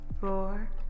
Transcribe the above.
four